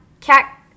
cat